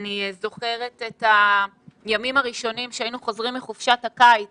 אני זוכרת את הימים הראשונים שהיינו חוזרים מחופשת הקיץ